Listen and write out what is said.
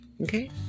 Okay